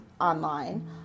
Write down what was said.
online